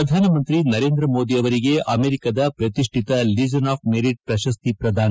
ಪ್ರಧಾನ ಮಂತ್ರಿ ನರೇಂದ್ರ ಮೋದಿ ಅವರಿಗೆ ಅಮೆರಿಕದ ಪ್ರತಿಷ್ಠಿತ ಲೀಜನ್ ಆಫ್ ಮೆರಿಟ್ ಪ್ರಶಸ್ತಿ ಪ್ರದಾನ